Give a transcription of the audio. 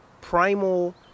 primal